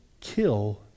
kill